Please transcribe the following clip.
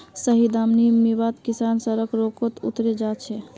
सही दाम नी मीवात किसान सड़क रोकोत उतरे जा छे